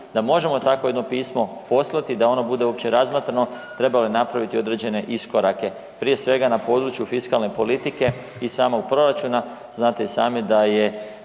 da možemo takvo jedno pismo poslati da ono bude uopće razmatrano, trebalo je napraviti i određene iskorake, prije svega na području fiskalne politike i samog proračuna. Znate i sami da je